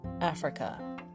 Africa